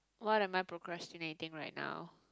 what am I procrastinating right now